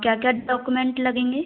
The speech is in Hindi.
क्या क्या डॉक्यूमेंट लगेंगे